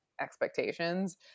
expectations